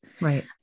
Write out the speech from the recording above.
Right